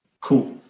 Cool